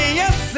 yes